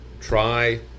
try